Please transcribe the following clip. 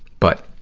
but,